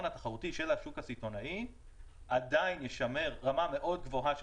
התחרותי של השוק הסיטונאי עדיין ישמר רמה מאוד גבוהה של